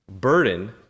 burden